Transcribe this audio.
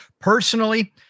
personally